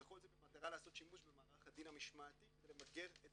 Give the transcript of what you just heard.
וכל זה במטרה לעשות שימוש במערך הדין המשמעתי כדי למגר את